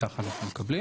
ככה אנחנו מקבלים,